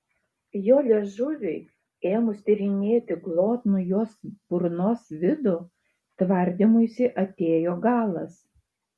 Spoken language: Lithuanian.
jo liežuviui ėmus tyrinėti glotnų jos burnos vidų tvardymuisi atėjo galas